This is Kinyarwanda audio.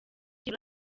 muri